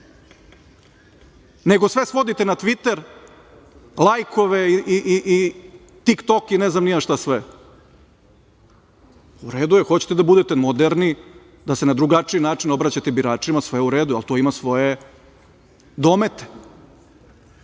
nego sve svodite na Tviter, lajkove i TikTok i ne znam ni ja šta sve?U redu je hoćete da budete moderni da se na drugačiji obraćate biračima sve je u redu, ali to ima svoje domete,